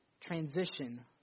transition